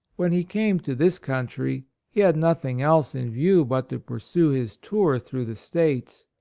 when he came to this country, he had nothing else in view but to pursue his tour through the states,